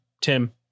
Tim